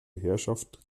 herrschaft